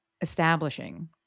establishing